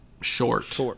short